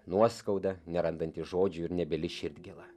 nuoskauda nerandanti žodžių ir nebyli širdgėla